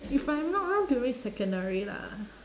if I'm not wrong during secondary lah